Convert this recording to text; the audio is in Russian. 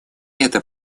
это